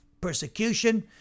persecution